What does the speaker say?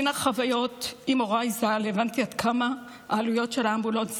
מן החוויות עם הוריי ז"ל הבנתי עד כמה העלויות של האמבולנס